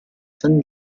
san